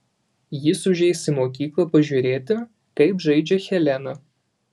jis užeis į mokyklą pažiūrėti kaip žaidžia helena